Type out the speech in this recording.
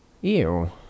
Ew